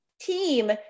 team